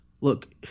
look